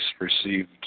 received